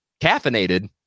caffeinated